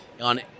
on